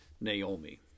Naomi